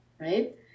right